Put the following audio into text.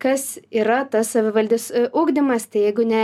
kas yra tas savivaldis ugdymas tai jeigu ne